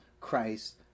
Christ